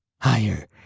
Higher